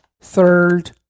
Third